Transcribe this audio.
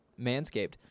Manscaped